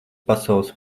pasaules